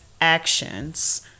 actions